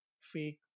fake